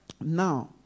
Now